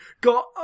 got